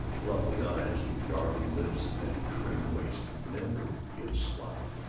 lovely eyes and darling lips and that trim waist never get sloppy,